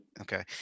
Okay